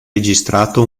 registrato